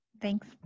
Thanks